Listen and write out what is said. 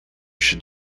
should